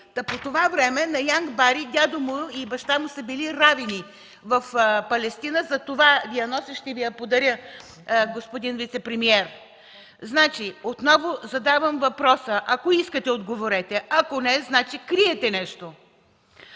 – по това време на Янк Бери дядо му и баща му са били равини в Палестина. Затова я нося и ще Ви я подаря, господин вицепремиер. Отново задавам въпроса, ако искате, отговорете, ако не – значи криете нещо: